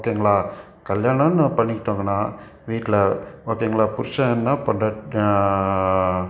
ஓகேங்களா கல்யாணம்னு நம்ம பண்ணிக்கிட்டோங்கன்னா வீட்டில ஓகேங்களா புருஷன்னா பொண்டாட்